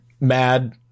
mad